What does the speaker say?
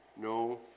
no